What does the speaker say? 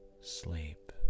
sleep